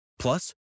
Plus